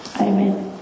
Amen